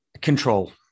control